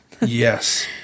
Yes